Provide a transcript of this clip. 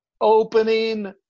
opening